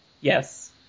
Yes